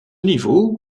niveau